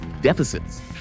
deficits